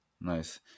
Nice